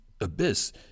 abyss